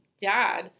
dad